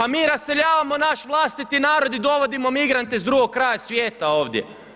A mi raseljavamo naš vlastiti narod i dovodimo migrante s drugog kraja svijeta ovdje.